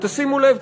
ותשימו לב,